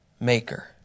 maker